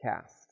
cast